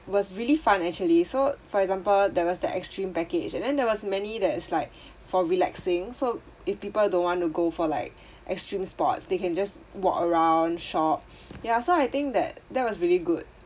was really fun actually so for example there was the extreme package and then there was many that is like for relaxing so if people don't want to go for like extreme sports they can just walk around shop ya so I think that that was really good